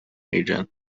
agent